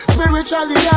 Spiritually